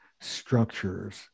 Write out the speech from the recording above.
structures